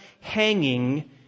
hanging